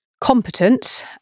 competence